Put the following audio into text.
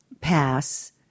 pass